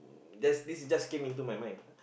just this just came into my mind